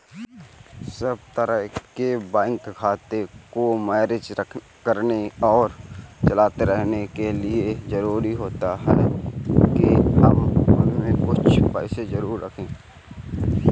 सब तरह के बैंक खाते को मैनेज करने और चलाते रहने के लिए जरुरी होता है के हम उसमें कुछ पैसे जरूर रखे